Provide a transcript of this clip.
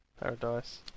Paradise